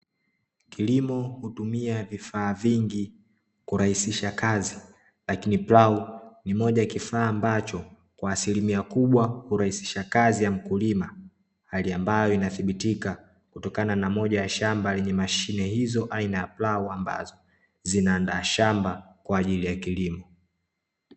Kilimo hutumia vifaa vingi kurahisisha kazi, lakini plau ni moja ya kifaa ambacho kwa asilimia kubwa hurahisisha kazi ya mkulima, hali ambayo inathibitika kutokana na moja ya shamba lenye mashine hizo aina ya plau, ambazo zinaandaa shamba kwa ajili ya kilimo.